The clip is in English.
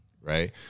right